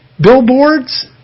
billboards